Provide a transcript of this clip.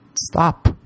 Stop